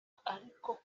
ariko